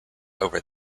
over